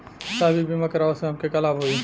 साहब इ बीमा करावे से हमके का लाभ होई?